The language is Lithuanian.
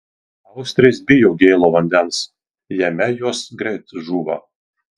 austrės bijo gėlo vandens jame jos greit žūva